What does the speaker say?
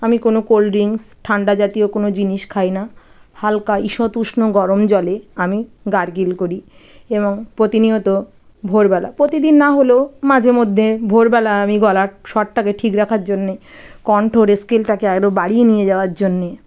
আমি কোনো cold drinks ঠান্ডা জাতীয় কোনো জিনিস খাই না হালকা ঈষৎ উষ্ণ গরম জলে আমি গার্গিল করি এবং প্রতিনিয়ত ভোরবেলা প্রতিদিন না হলেও মাঝে মধ্যে ভোরবেলা আমি গলার স্বরটাকে ঠিক রাখার জন্যে কণ্ঠর স্কেলটাকে আর একটু বাড়িয়ে নিয়ে যাওয়ার জন্যে